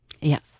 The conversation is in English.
Yes